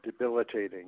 debilitating